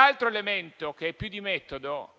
altro elemento, che è più di metodo.